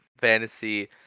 fantasy